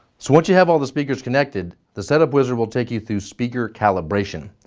so once you have all the speakers connected, the setup wizard will take you through speaker calibration.